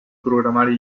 programari